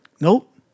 nope